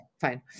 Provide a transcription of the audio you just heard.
fine